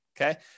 Okay